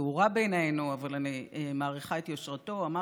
פעורה בינינו, אבל אני מעריכה את יושרתו, אמרתי: